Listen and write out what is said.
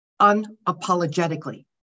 unapologetically